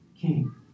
king